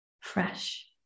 fresh